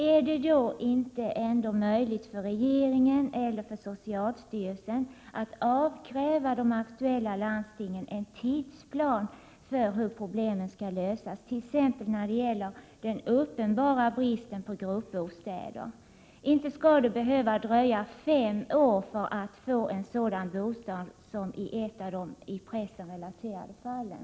Är det då inte möjligt för regeringen eller socialstyrelsen att avkräva de aktuella landstingen en tidsplan för hur problemen skall lösas, t.ex. när det gäller den uppenbara bristen på gruppbostäder? Inte skall det behöva dröja fem år, innan man får en sådan bostad, som i ett av de i pressen relaterade fallen.